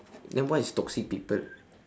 then what is toxic people